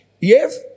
Yes